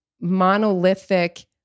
monolithic